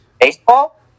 baseball